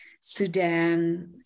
Sudan